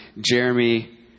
Jeremy